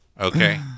Okay